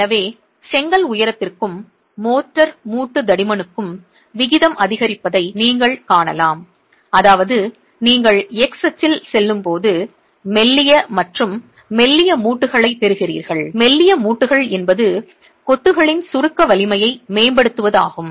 எனவே செங்கல் உயரத்திற்கும் மோர்டார் மூட்டு தடிமனுக்கும் விகிதம் அதிகரிப்பதை நீங்கள் காணலாம் அதாவது நீங்கள் x அச்சில் செல்லும்போது மெல்லிய மற்றும் மெல்லிய மூட்டுகளை பெறுகிறீர்கள் மெல்லிய மூட்டுகள் என்பது கொத்துகளின் சுருக்க வலிமையை மேம்படுத்துவதாகும்